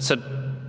Så